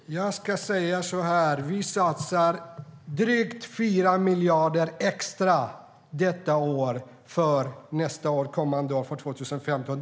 Jag ska säga att vi satsar drygt 4 miljarder extra kommande år, alltså 2015.